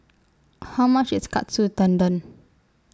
How much IS Katsu Tendon